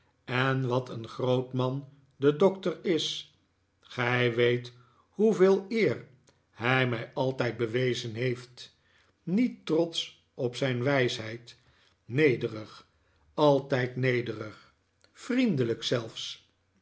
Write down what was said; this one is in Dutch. en wat een groot man de doctor is gij weet hoeveel eer hij mij altijd bewezen heeft niet trotsch op zijn wijsheid nederig altijd nederig vriendelijk zelfs